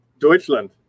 Deutschland